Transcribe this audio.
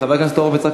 חבר הכנסת הורוביץ,